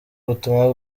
ubutumwa